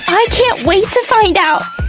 i can't wait to find out!